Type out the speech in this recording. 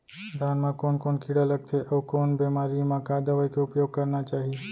धान म कोन कोन कीड़ा लगथे अऊ कोन बेमारी म का दवई के उपयोग करना चाही?